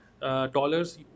dollars